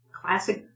classic